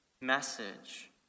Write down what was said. message